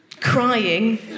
crying